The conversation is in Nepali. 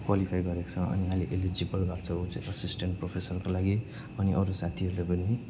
क्वालिफाई गरेको छ अनि अहिले एलिजिबल भएको छ उ चाहिँ एसिसटेन्ट प्रोफेसरको लागि अनि अरू साथीहरूले पनि